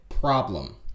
problem